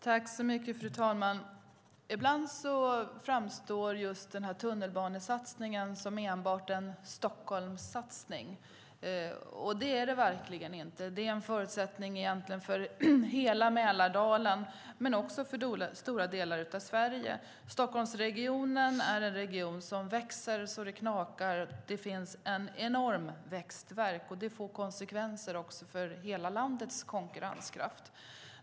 Fru talman! Ibland framstår tunnelbanesatsningen som enbart en Stockholmssatsning. Det är den verkligen inte. Satsningen är en förutsättning för hela Mälardalen och för stora delar av Sverige. Stockholmsregionen växer så det knakar. Det finns en enorm växtvärk, och det får konsekvenser för hela landets konkurrenskraft.